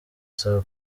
saa